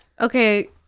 Okay